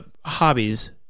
hobbies